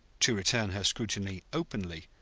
to return her scrutiny openly,